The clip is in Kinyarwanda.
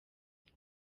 gusa